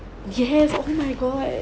yes oh my god